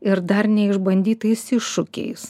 ir dar neišbandytais iššūkiais